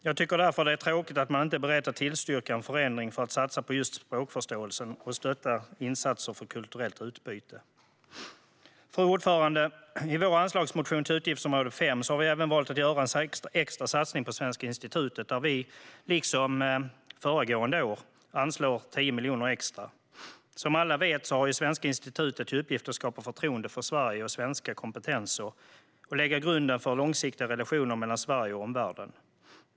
Jag tycker därför att det är tråkigt att man inte är beredd att tillstyrka en förändring för att satsa på just språkförståelsen och stötta insatser för kulturellt utbyte. Fru talman! I vår anslagsmotion till utgiftsområde 5 har vi även valt att göra en extra satsning på Svenska institutet där vi, i likhet med föregående år, anslår 10 miljoner extra. Som alla vet har Svenska institutet till uppgift att skapa förtroende för Sverige och svenska kompetenser och lägga grunden för långsiktiga relationer mellan Sverige och omvärlden.